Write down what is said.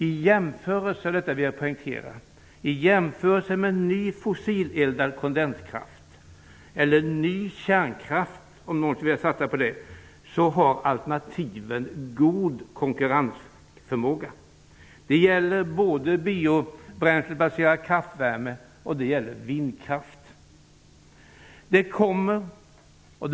I jämförelse med ny fossileldad kondenskraft eller ny kärnkraft -- om någon skulle vilja satsa på det -- har alternativen god konkurrensförmåga. Det gäller både biobränslebaserad kraftvärme och vindkraft. Det vill jag poängtera.